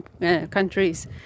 countries